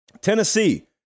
Tennessee